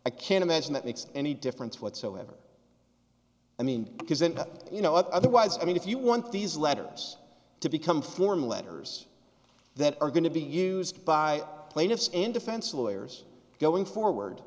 i can't imagine that makes any difference whatsoever i mean because then you know otherwise i mean if you want these letters to become form letters that are going to be used by plaintiffs and defense lawyers going forward